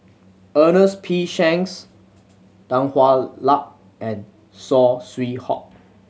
Ernest P Shanks Tan Hwa Luck and Saw Swee Hock